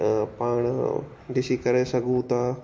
पाण ॾिसी करे सघूं था